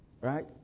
Right